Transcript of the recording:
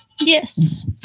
yes